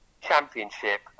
championship